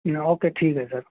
نو okay ٹھیک ہے سر